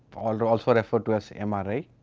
also also referred to as and mri,